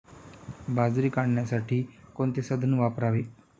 बाजरी काढण्यासाठी कोणते साधन वापरावे?